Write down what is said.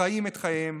חיים את חייהם,